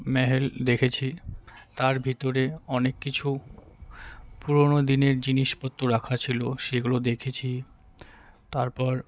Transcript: মহল দেখেছি তার ভিতরে অনেক কিছু পুরোনো দিনের জিনিসপত্র রাখা ছিলো সেগুলো দেখেছি তারপর